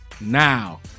now